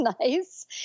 nice